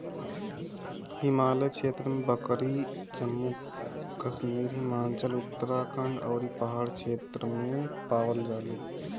हिमालय क्षेत्र में बकरी जम्मू कश्मीर, हिमाचल, उत्तराखंड अउरी पहाड़ी क्षेत्र में पावल जाले